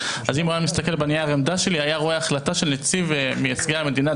אז אם הוא מסתכל בנייר עמדה שלי היה רואה החלטה של נציב מייצגי המדינה,